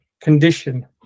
condition